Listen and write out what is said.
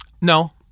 no